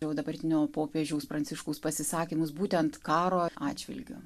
jau dabartinio popiežiaus pranciškaus pasisakymus būtent karo atžvilgiu